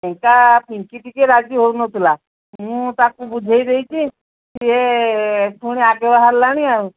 ଏକା ପିଙ୍କି ଟିକେ ରାଜି ହେଉନଥିଲା ମୁଁ ତାକୁ ବୁଝେଇ ଦେଇଛି ସିଏ ପୁଣି ଆଗେ ବାହାରିଲାଣି ଆଉ